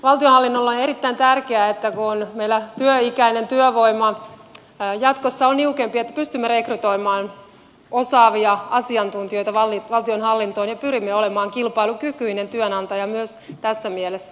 valtionhallinnolle on erittäin tärkeää että kun meillä työikäinen työvoima jatkossa on niukempi niin pystymme rekrytoimaan osaavia asiantuntijoita valtionhallintoon ja pyrimme olemaan kilpailukykyinen työnantaja myös tässä mielessä